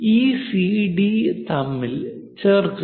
ഈ C D C D തമ്മിൽ ചേർക്കുക